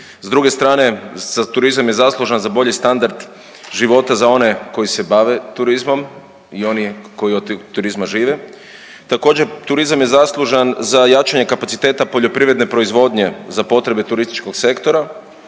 S druge strane turizam je zaslužan za bolji standard života za one koji se bave turizmom i one koji od turizma žive. Također turizam je zaslužan za jačanje kapaciteta poljoprivredne proizvodnje za potrebe turističkog sektora